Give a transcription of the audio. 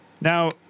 Now